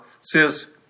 says